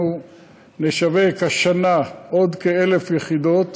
נשווק השנה עוד כ-1,000 יחידות,